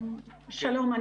שלום.